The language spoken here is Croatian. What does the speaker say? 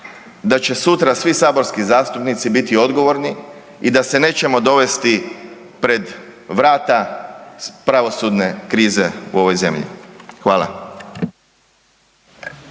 da će sutra svi saborski zastupnici biti odgovorni i da se nećemo dovesti pred vrata pravosudne krize u ovoj zemlji. Hvala.